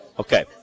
Okay